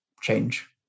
change